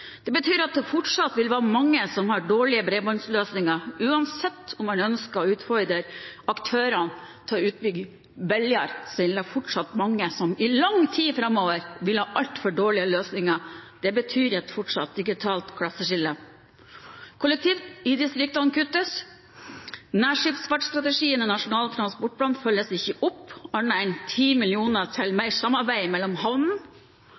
å bygge ut billigere, er det fortsatt mange som i lang tid framover vil ha altfor dårlige løsninger. Det betyr et fortsatt digitalt klasseskille. Det kuttes på kollektiv i distriktene, nærskipsfartsstrategien i Nasjonal transportplan følges ikke opp, annet enn 10 mill. kr til mer samarbeid mellom